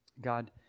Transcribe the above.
God